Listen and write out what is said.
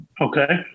Okay